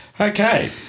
Okay